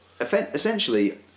essentially